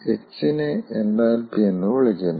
h നെ എൻതാൽപ്പി എന്ന് വിളിക്കുന്നു